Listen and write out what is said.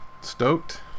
Stoked